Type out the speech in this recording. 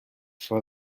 for